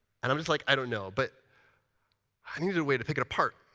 and i'm just like, i don't know. but i needed a way to pick it apart.